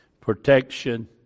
Protection